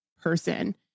person